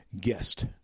guest